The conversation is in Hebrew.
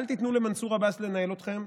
אל תיתנו למנסור עבאס לנהל אתכם.